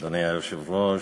אדוני היושב-ראש,